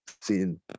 seen